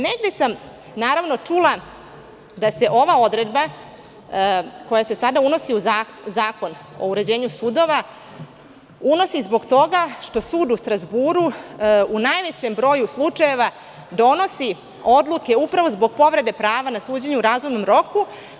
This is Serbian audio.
Negde sam čula da se ova odredba, koja se sada unosi u Zakon o uređenju sudova, unosi zbog toga što sud u Strazburu u najvećem broju slučajeva donosi odluke upravo zbog povrede prava na suđenje u razumnom roku.